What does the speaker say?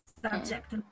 subject